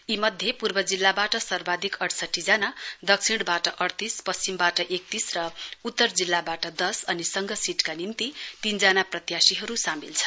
यी मध्ये पूर्व जिल्लाबाट सर्वाधिक अडसठी जना दक्षिणबाट अडतीस पश्चिमबाट एकतीस र उत्तर जिल्लाबाट दश अनि सङ्घ सीटका निम्ति तीनजना प्रत्याशीहरू सामेल छन्